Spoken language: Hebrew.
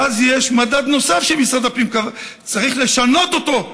ואז יש מדד נוסף של משרד הפנים, צריך לשנות אותו,